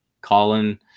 Colin